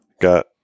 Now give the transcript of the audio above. got